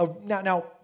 Now